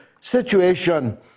situation